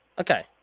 Okay